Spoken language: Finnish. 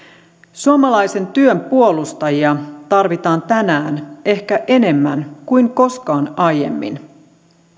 suomalaisen työn puolustajia tarvitaan tänään ehkä enemmän kuin koskaan aiemmin